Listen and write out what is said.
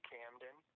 Camden